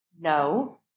No